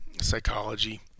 psychology